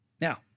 Now